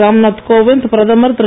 ராம் நாத் கோவிந்த் பிரதமர் திரு